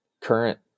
current